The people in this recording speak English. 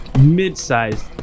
mid-sized